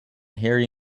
hairy